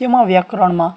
જેમાં વ્યાકરણમાં